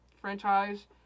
franchise